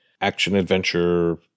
action-adventure